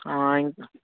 ఇంకా